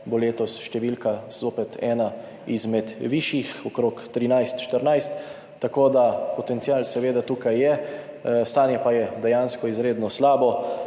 bo letos številka zopet ena izmed višjih, okrog 13, 14. Potencial seveda tukaj je, stanje pa je dejansko izredno slabo.